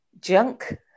junk